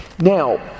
Now